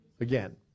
again